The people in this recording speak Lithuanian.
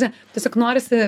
ta tiesiog norisi